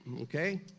okay